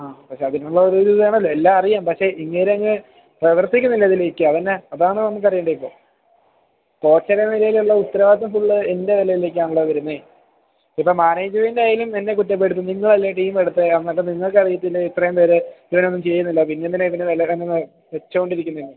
ആ പക്ഷെ അതിനുള്ള ഒരിത് വേണമല്ലോ എല്ലാം അറിയാം പക്ഷെ ഇങ്ങേരങ്ങ് പ്രവർത്തിക്കുന്നില്ല അതിലേക്ക് അവന് അതാണ് നമുക്കറിയേണ്ടെ ഇപ്പോൾ കോച്ച് എന്ന നിലയിലുള്ള ഉത്തരവാദിത്തം ഫുൾ എൻ്റെ തലയിലേക്കാണല്ലോ വരുന്നത് ഇപ്പോൾ മാനേജ്മെൻറ്റ് ആയാലും എന്നെ കുറ്റപ്പെടുത്തും നിങ്ങളല്ലേ ടീമെടുത്തത് എന്നിട്ട് നിങ്ങൾക്കറിയത്തില്ലേ ഇത്രയും പേരെ ഇവനൊന്നും ചെയ്യുന്നില്ല പിന്നെന്തിനാണ് ഇവനെ ബലാൽക്കാരമായി വെച്ചു കൊണ്ടിരിക്കുന്നെന്ന് ആ